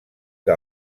que